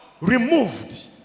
removed